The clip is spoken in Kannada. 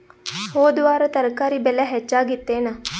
ಹೊದ ವಾರ ತರಕಾರಿ ಬೆಲೆ ಹೆಚ್ಚಾಗಿತ್ತೇನ?